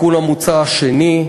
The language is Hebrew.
התיקון המוצע השני,